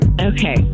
Okay